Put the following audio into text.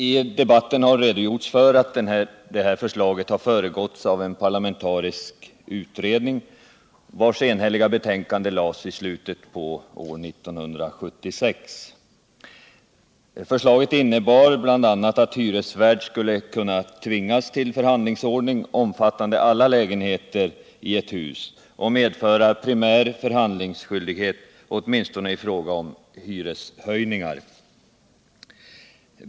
I debatten har redogjorts för att detta förslag föregåtts av en parlamentarisk utredning, vars enhälliga betänkande lades fram i slutet av år 1976. Förslaget innebar bl.a. att hyresvärd skulle kunna tvingas till förhandlingsordning omfattande alla lägenheter i ett hus och medföra primär förhandlingsskyldighet åtminstone i fråga om hyreshöjningar.